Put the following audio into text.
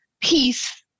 peace